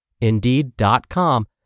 Indeed.com